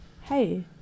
Hey